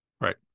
Right